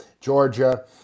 Georgia